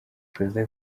perezida